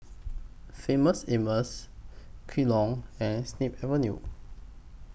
Famous Amos Kellogg's and Snip Avenue